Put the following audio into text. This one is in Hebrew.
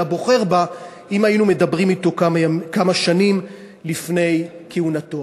בוחר בה אם היינו מדברים אתו כמה שנים לפני כהונתו.